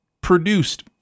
produced